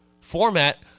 format